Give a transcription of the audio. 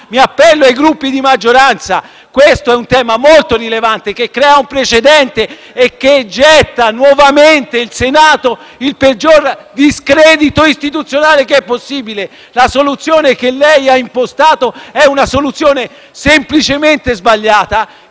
mi appello ai Gruppi di maggioranza, perché questo è un tema molto rilevante, che crea un precedente e getta nuovamente il Senato nel peggior discredito istituzionale possibile. La soluzione che lei ha impostato, signor Presidente, è semplicemente sbagliata